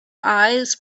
eyes